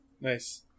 Nice